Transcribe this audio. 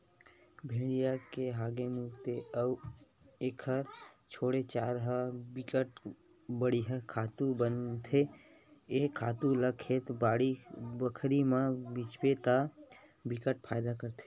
भेड़िया के हागे, मूते अउ एखर छोड़े चारा ह बिकट बड़िहा खातू बनथे ए खातू ल खेत, बाड़ी बखरी म छितबे त बिकट फायदा करथे